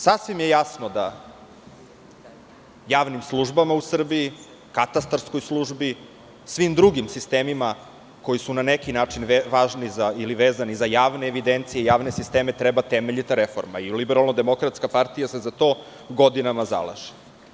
Sasvim je jasno da javnim službama u Srbiji, katastarskoj službi, svim drugim sistemima koji su na neki način važni ili vezani za javne evidencije, javne sisteme, treba temeljita reforma i LDP se za to godinama zalaže.